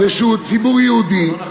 ושהוא ציבור יהודי.